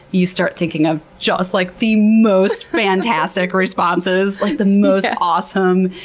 you start thinking of just like the most fantastic responses, like the most awesome,